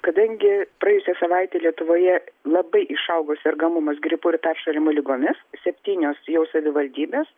kadangi praėjusią savaitę lietuvoje labai išaugo sergamumas gripu ir peršalimo ligomis septynios jau savivaldybės